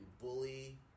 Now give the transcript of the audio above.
bully